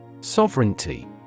Sovereignty